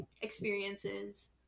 experiences